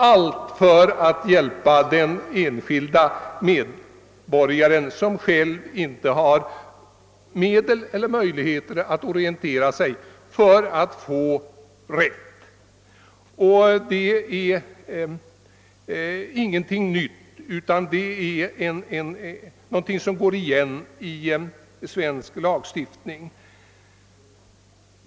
Alt detta är till för att hjälpa den enskilde medborgaren som själv inte har möjligheter att orientera sig för att få sin rätt. Det är således ingenting nytt som herr Lundberg lyckats att hitta på utan tvärtom någonting som går igenom svensk lagstiftning.